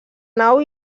nau